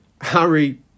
Harry